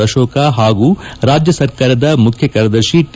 ಅಶೋಕ್ ಹಾಗೂ ರಾಜ್ಯ ಸರ್ಕಾರದ ಮುಖ್ಯ ಕಾರ್ಯದರ್ತಿ ಟಿ